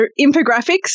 infographics